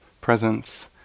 presence